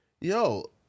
yo